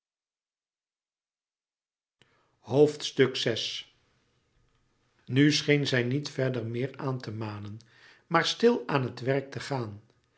nu scheen zij niet verder meer aan te manen maar stil aan het werk te gaan